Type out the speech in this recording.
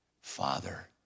Father